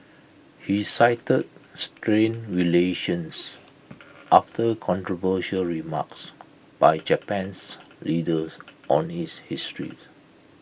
he cited strained relations after controversial remarks by Japan's leaders on its history